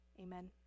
amen